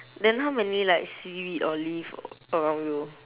then how many like seaweed or leaf around you